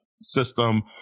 system